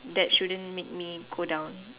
that shouldn't make me go down